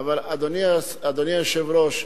אדוני היושב-ראש,